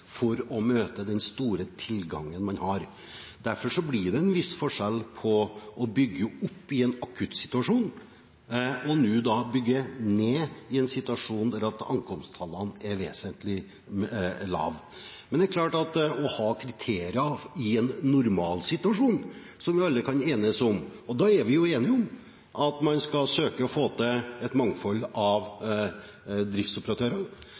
for å møte den store tilgangen man har. Derfor blir det en viss forskjell på å bygge opp i en akuttsituasjon og nå å bygge ned i en situasjon der ankomsttallene er vesentlig lave. Å ha kriterier for en normalsituasjon, kan vi alle enes om. Og da er vi jo enige om at man skal søke å få til et mangfold av driftsoperatører.